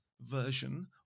version